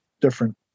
Different